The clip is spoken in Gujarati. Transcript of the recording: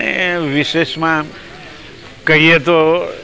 એ વિશેષમાં કહીએ તો